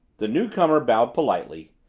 the newcomer bowed politely,